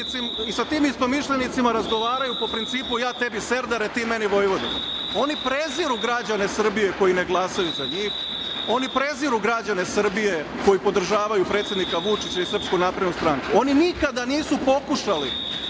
i sa tim istomišljenicima razgovaraju po principu – ja tebi serdare, ti meni vojvodo. Oni preziru građane Srbije koji ne glasaju za njih. Oni preziru građane Srbije koji podržavaju predsednika Vučića i SNS. Oni nikada nisu pokušali